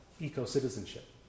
eco-citizenship